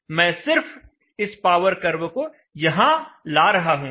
मैं सिर्फ इस पावर कर्व को यहां ला रहा हूं